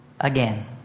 again